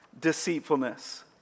deceitfulness